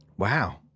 Wow